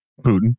Putin